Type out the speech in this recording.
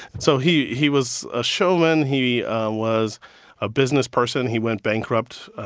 so he he was a showman. he was a business person. he went bankrupt,